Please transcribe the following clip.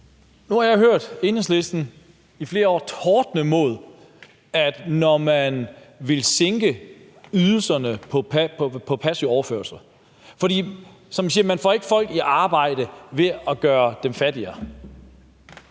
Nu har jeg hørt Enhedslisten i flere år tordne mod at sænke ydelserne på passive overførsler, for som man siger: Man får ikke folk i arbejde ved at gøre dem fattigere.